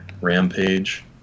rampage